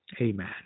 Amen